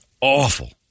awful